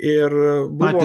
ir bandė